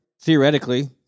Theoretically